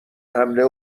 حمله